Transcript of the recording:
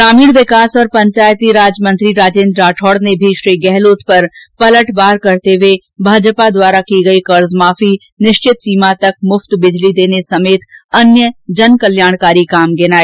ग्रामीण विकास और पंचायतीराज मंत्री राजेंद्र राठौड ने भी श्री गहलोत पर पलटवार करते हुए भाजपा द्वारा की गई कर्ज माफी निश्चित सीमा तक मुफ़त बिजली देने समेत अन्य जन कल्याणकारी काम गिनाए